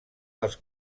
dels